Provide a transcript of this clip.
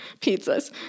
pizzas